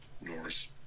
Norse